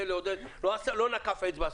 לא נקף אצבע,